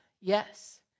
yes